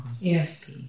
Yes